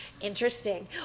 Interesting